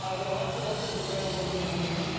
ah there are lots of weapons available in the middle east.